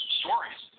stories